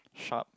sharp